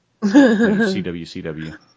CWCW